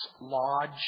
lodge